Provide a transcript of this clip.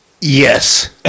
Yes